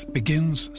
begins